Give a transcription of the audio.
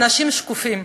אנשים שקופים.